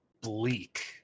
bleak